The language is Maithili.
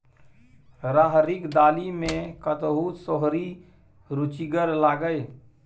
राहरिक दालि मे कतहु सोहारी रुचिगर लागय?